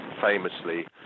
famously